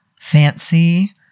fancy